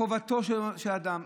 חובתו של אדם,